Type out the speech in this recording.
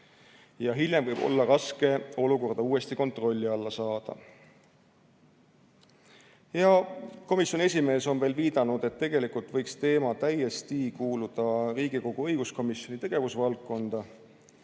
ja hiljem võib olla raske olukorda uuesti kontrolli alla saada. Komisjoni esimees veel viitas, et tegelikult võiks teema kuuluda täiesti Riigikogu õiguskomisjoni tegevusvaldkonda